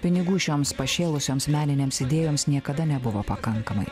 pinigų šioms pašėlusioms meninėms idėjoms niekada nebuvo pakankamai